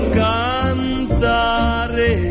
cantare